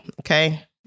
Okay